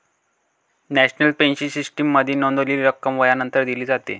national pension सिस्टीममध्ये नोंदवलेली रक्कम वयानंतर दिली जाते